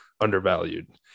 undervalued